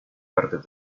partes